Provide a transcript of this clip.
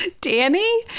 Danny